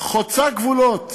חוצה גבולות.